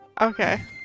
Okay